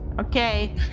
Okay